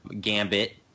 Gambit